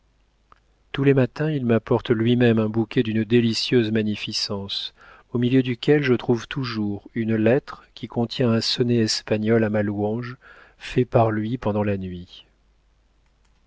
tous les matins il m'apporte lui-même un bouquet d'une délicieuse magnificence au milieu duquel je trouve toujours une lettre qui contient un sonnet espagnol à ma louange fait par lui pendant la nuit